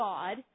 God